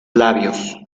labios